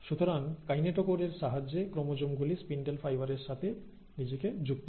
সুতরাং কাইনেটোকোর এর সাহায্যে ক্রোমোজোম গুলি স্পিন্ডেল ফাইবার এর সাথে নিজেকে যুক্ত করে